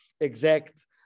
exact